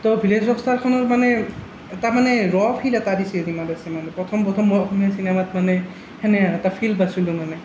তো ভিলেইজ ৰকষ্টাৰখনৰ মানে এটা মানে ৰ ফিল এটা দিছে ৰীমা দাসে মানে প্ৰথম প্ৰথম মই অসমীয়া চিনেমাত মানে সেনেহান এটা ফিল পাইছিলো মানে